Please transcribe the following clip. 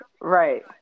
right